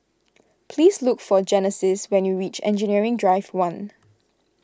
please look for Genesis when you reach Engineering Drive one